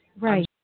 Right